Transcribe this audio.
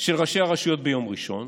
של ראשי הרשויות ביום ראשון,